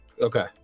okay